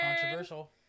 Controversial